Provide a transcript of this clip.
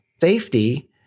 Safety